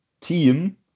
team